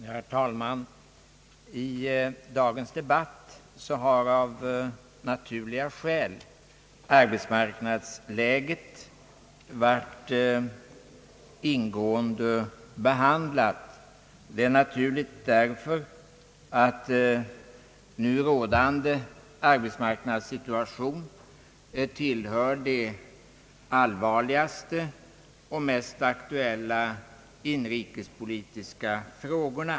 Herr talman! I dagens debatt har av naturliga skäl arbetsmarknadsläget blivit ingående behandlat, Det är naturligt därför att nu rådande arbetsmarknadssituation tillhör de allvarligaste och mest aktuella inrikespolitiska frågorna.